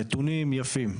הנתונים יפים.